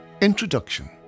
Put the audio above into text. Introduction